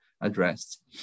addressed